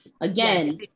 Again